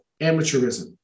amateurism